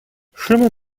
chemin